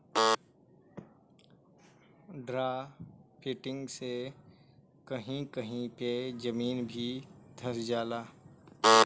drafting से कही कही पे जमीन भी धंस जाला